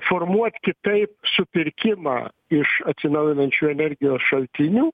formuot kitaip supirkimą iš atsinaujinančių energijos šaltinių